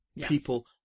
People